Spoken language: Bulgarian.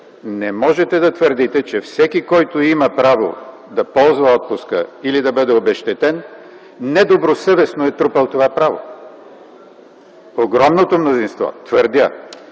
не можете да твърдите, че всеки, който има право да ползва отпуска или да бъде обезщетен, недобросъвестно е трупал това право. Огромното мнозинство, твърдя,